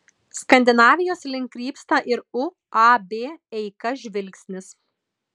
skandinavijos link krypsta ir uab eika žvilgsnis